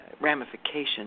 ramifications